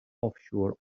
offshore